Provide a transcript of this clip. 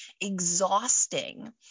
exhausting